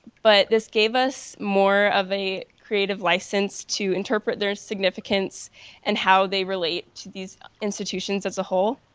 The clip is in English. but this gave us more of a creative license to interpret their significance and how they relate to these institutions as a whole.